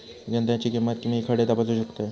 कांद्याची किंमत मी खडे तपासू शकतय?